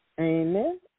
Amen